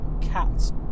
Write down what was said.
cats